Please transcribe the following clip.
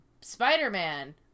Spider-Man